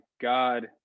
god